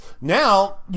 Now